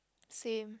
same